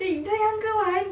eh the younger one